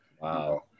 Wow